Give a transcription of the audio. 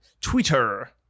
Twitter